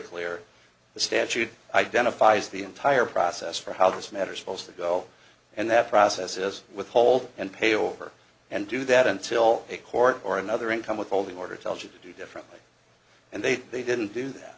the statute identifies the entire process for how this matter supposed to go and that process is withhold and pay over and do that until a court or another income withholding order tells you to do differently and they they didn't do that